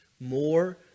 more